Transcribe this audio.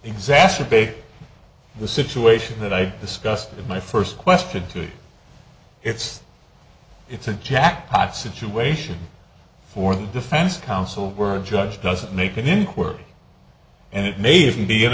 exacerbate the situation that i discussed in my first question to you it's it's a jackpot situation for the defense counsel were a judge doesn't make an inquiry and it may even be